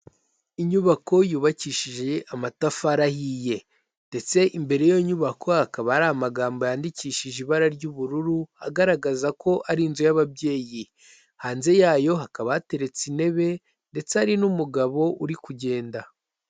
Inyubako yubakishije amatafari ahiye ndetse imbere y'iyo nyubako, hakaba hari amagambo yandikishije ibara ry'ubururu, agaragaza ko ari inzu y'ababyeyi. Hanze yayo, hakaba hateretse intebe ndetse hari n'umugabo uri kugenda.